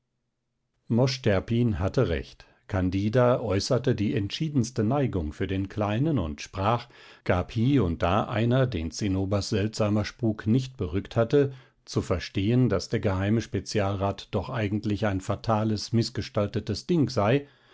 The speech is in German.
mosch terpin hatte recht candida äußerte die entschiedenste neigung für den kleinen und sprach gab hie und da einer den zinnobers seltsamer spuk nicht berückt hatte zu verstehen daß der geheime spezialrat doch eigentlich ein fatales mißgestaltetes ding sei